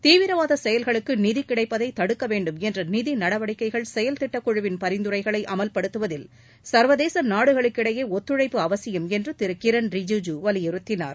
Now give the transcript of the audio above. தீவிரவாத செயல்களுக்கு நிதி கிடைப்பதை தடுக்க வேண்டும் என்ற நிதி நடவடிக்கைகள் செயல் திட்ட குழுவின் பரிந்துரைகளை அமல்படுத்துவதில் சர்வதேச நாடுகளுக்கு இடையே ஒத்துழைப்பு அவசியம் என்று திரு கிரண் ரிஜிஜு வலியுறுத்தினார்